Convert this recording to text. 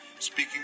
Speaking